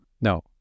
No